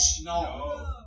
No